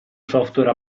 software